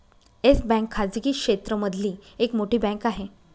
yes bank खाजगी क्षेत्र मधली एक मोठी बँक आहे